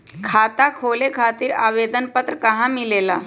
खाता खोले खातीर आवेदन पत्र कहा मिलेला?